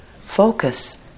focus